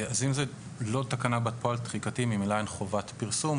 אז אם זוהי לא תקנה בת פועל תחיקתי ממילא אין חובת פרסום.